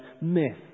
myth